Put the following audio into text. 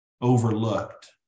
overlooked